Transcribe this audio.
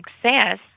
success